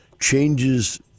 changes